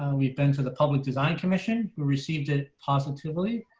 and we've been to the public design commission received it positively,